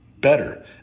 better